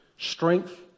Strength